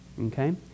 okay